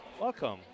welcome